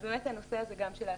אז באמת הנושא של ההסברה,